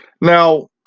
Now